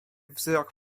wzrok